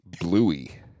Bluey